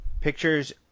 pictures